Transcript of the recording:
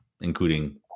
including